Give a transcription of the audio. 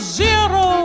zero